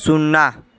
शुन्ना